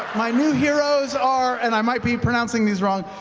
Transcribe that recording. my new heroes are, and i might be pronouncing these wrong,